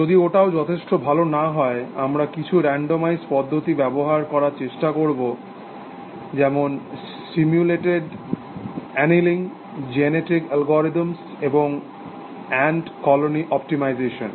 যদি ওটাও যথেষ্ট ভালো না হয় আমরা কিছু র্যান্ডামাইজ পদ্ধতি ব্যবহার করার চেষ্টা করব যেমন স্টিমিউলেটেড অ্যানিলিং জেনেটিক অ্যালগোরিদম এবং অ্যান্ট কলোনি অপটিমাইজেশন